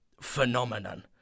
phenomenon